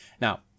Now